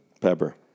Pepper